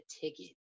ticket